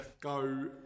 go